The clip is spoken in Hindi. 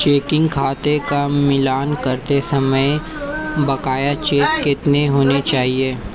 चेकिंग खाते का मिलान करते समय बकाया चेक कितने होने चाहिए?